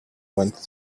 went